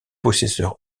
possesseur